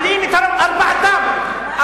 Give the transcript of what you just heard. אל תהיה גורף כל כך.